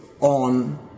on